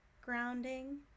grounding